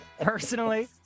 personally